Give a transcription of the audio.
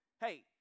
hey